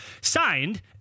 signed